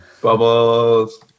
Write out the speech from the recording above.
Bubbles